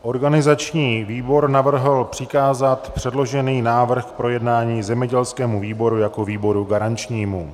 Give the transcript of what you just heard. Organizační výbor navrhl přikázat předložený návrh k projednání zemědělskému výboru jako výboru garančnímu.